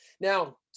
Now